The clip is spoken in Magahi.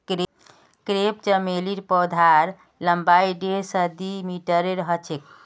क्रेप चमेलीर पौधार लम्बाई डेढ़ स दी मीटरेर ह छेक